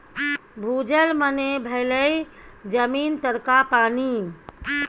भूजल मने भेलै जमीन तरका पानि